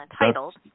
entitled